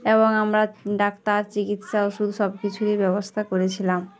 এবং আমরা ডাক্তার চিকিৎসা ওষুধ সব কিছুই ব্যবস্থা করেছিলাম